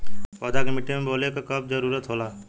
पौधा के मिट्टी में बोवले क कब जरूरत होला